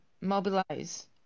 mobilize